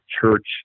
church